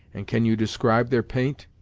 and can you describe their paint?